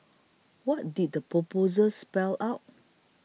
what did the proposal spell out